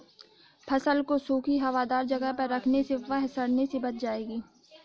फसल को सूखी, हवादार जगह पर रखने से वह सड़ने से बच जाएगी